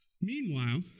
meanwhile